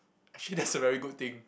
actually that is a very good thing